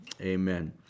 Amen